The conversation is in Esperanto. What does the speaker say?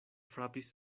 frapis